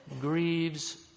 grieves